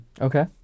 Okay